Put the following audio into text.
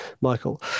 Michael